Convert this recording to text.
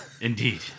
Indeed